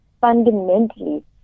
fundamentally